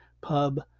Pub